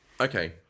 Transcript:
Okay